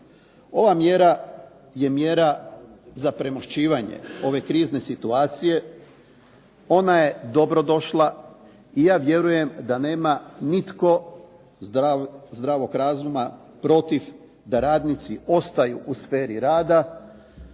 Ova mjera je mjera za premošćivanje ove krizne situacije, ona je dobrodošla i ja vjerujem da nema nitko zdravog razuma protiv da radnici ostaju u sferi rada